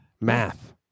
Math